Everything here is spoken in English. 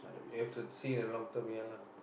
you have to see in long term ya lah